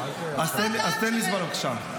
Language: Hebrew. תן לי זמן עכשיו.